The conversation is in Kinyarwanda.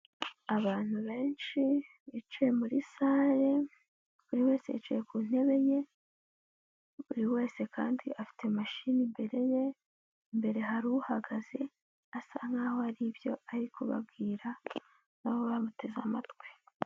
Abantu benshi, bicaye muri salle, buri wese yicaye ku ntebe ye. Buri wese kandi afite imashini imbere ye. Imbere hari uhagaze, asa nkaho hari ibyo ari kubabwira, nabo bamuteze amatwi.